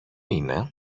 είναι